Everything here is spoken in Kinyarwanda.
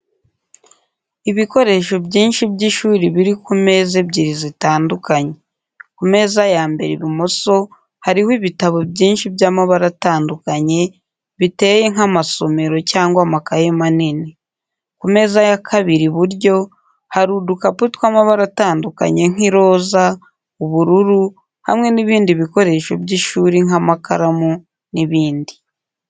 Ibikoresho byinshi by’ishuri biri ku meza ebyiri zitandukanye. Ku meza ya mbere ibumoso hariho ibitabo byinshi by’amabara atandukanye, biteye nk’amasomero cyangwa amakaye manini. Ku meza ya kabiri iburyo hariho udukapu tw’amabara atandukanye nk’iroza, ubururu hamwe n’ibindi bikoresho by’ishuri nk'amakaramu n’ibindi.